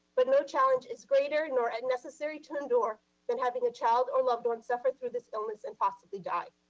but no challenge is greater, nor necessary to endure than having a child or loved one suffer through this illness and possibly die.